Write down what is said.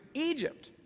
egypt.